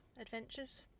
adventures